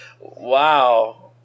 wow